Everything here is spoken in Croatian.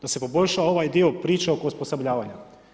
Da se poboljša ovaj dio priče oko osposobljavanja.